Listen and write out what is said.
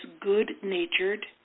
good-natured